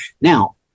now